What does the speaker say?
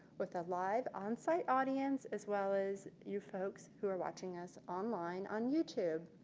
with a live on-site audience as well as you folks who are watching us online on youtube.